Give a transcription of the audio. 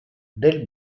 del